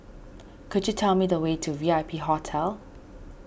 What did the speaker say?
could you tell me the way to V I P Hotel